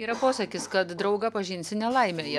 yra posakis kad draugą pažinsi nelaimėje